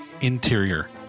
Interior